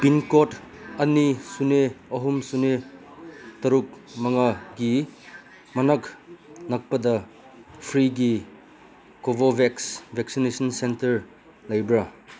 pincode ꯑꯅꯤ ꯁꯤꯅꯣ ꯑꯍꯨꯝ ꯁꯤꯅꯣ ꯇꯔꯨꯛ ꯃꯉꯥꯒꯤ ꯃꯅꯥꯛ ꯅꯛꯄꯗ ꯐ꯭ꯔꯤꯒꯤ ꯀꯣꯕꯣꯚꯦꯛꯁ ꯕꯦꯛꯁꯤꯅꯦꯁꯟ ꯁꯦꯟꯇꯔ ꯂꯩꯕ꯭ꯔ